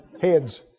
Heads